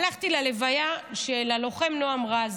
הלכתי ללוויה של הלוחם נעם רז,